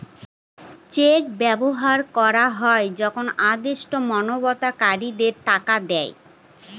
check ব্যবহার করা হয় যখন আদেষ্টা আমানতকারীদের টাকা দেয়